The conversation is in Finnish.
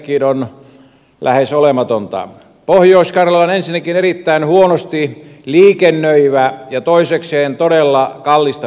pohjois karjala on ensinnäkin erittäin huonosti liikennöivä ja toisekseen se todella kallista lystiä